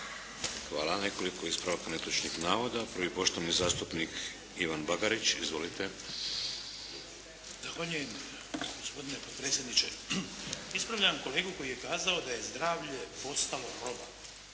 Hvala. Nekoliko ispravaka netočnih navoda. Prvi. Poštovani zastupnik Ivan Bagarić. Izvolite! **Bagarić, Ivan (HDZ)** Zahvaljujem gospodine potpredsjedniče. Ispravljam kolegu koji je kazao da je zdravlje postalo roba.